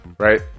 Right